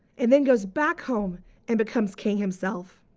and then goes back home and becomes king himself.